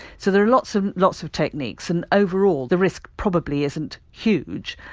so, there are lots and lots of techniques and overall the risk probably isn't huge,